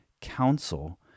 Council